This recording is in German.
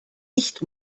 nicht